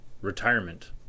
retirement